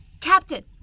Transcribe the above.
Captain